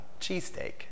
cheesesteak